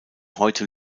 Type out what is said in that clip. heute